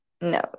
No